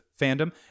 fandom